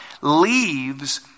leaves